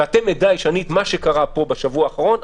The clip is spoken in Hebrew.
ואתם עדיי שאת מה שקרה פה בשבוע האחרון,